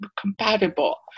compatible